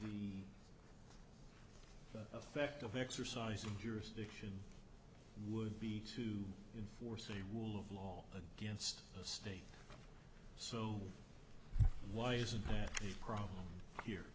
the effect of exercising jurisdiction would be to enforce the rule of law against the state so why isn't the problem here